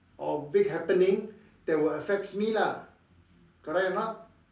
or big happening that will affects me lah correct or not